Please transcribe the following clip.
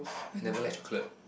I never like chocolate